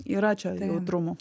yra čia jautrumų